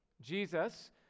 Jesus